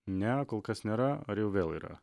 ne kol kas nėra ar jau vėl yra